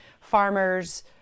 farmers